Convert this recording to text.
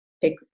take